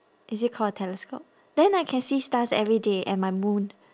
is it called a telescope then I can see stars every day and my moon